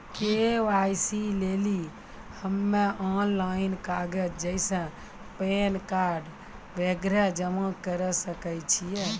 KYC लेली हम्मय online कागज जैसे पैन कार्ड वगैरह जमा करें सके छियै?